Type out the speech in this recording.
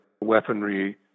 weaponry